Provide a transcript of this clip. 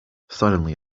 suddenly